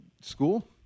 school